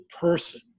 person